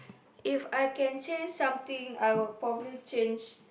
If I can change something I would probably change